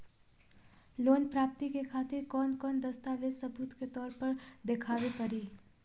Loan प्राप्ति के खातिर कौन कौन दस्तावेज सबूत के तौर पर देखावे परी?